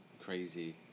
crazy